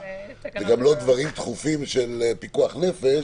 זה גם לא דברים דחופים של פיקוח נפש,